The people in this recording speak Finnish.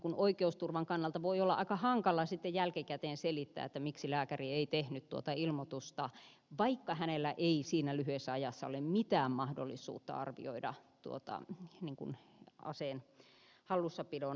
ja oikeusturvan kannalta voi olla aika hankala sitten jälkikäteen selittää miksi lääkäri ei tehnyt tuota ilmoitusta vaikka hänellä ei siinä lyhyessä ajassa ole mitään mahdollisuutta arvioida aseen hallussapidon edellytyksiä